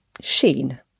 Sheen